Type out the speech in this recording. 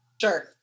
Sure